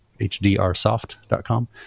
hdrsoft.com